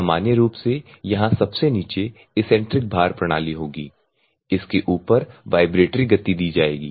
सामान्य रूप से यहाँ सबसे नीचे इसेंट्रिक भार प्रणाली होगी इसके ऊपर वाइब्रेटरी गति दी जाएगी